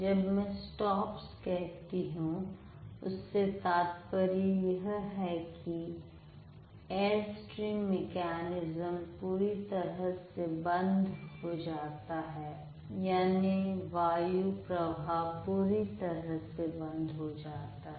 जब मैं स्टॉप कहती हूं उससे तात्पर्य यह है कि एयरस्ट्रीम मेकैनिज्म पूरी तरह से बंद हो जाता है यानी वायु प्रवाह पूरी तरह से बंद हो जाता है